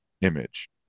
image